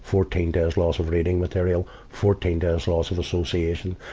fourteen days loss of reading material, fourteen days loss of association,